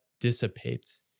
dissipates